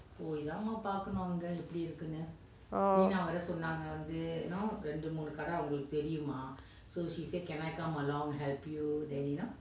oo